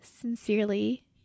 sincerely